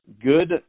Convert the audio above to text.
good